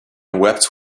wept